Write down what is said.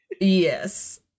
Yes